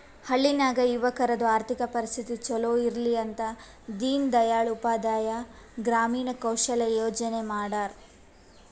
ಹಳ್ಳಿ ನಾಗ್ ಯುವಕರದು ಆರ್ಥಿಕ ಪರಿಸ್ಥಿತಿ ಛಲೋ ಇರ್ಲಿ ಅಂತ ದೀನ್ ದಯಾಳ್ ಉಪಾಧ್ಯಾಯ ಗ್ರಾಮೀಣ ಕೌಶಲ್ಯ ಯೋಜನಾ ಮಾಡ್ಯಾರ್